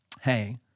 hey